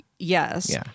Yes